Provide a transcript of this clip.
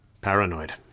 Paranoid